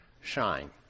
shine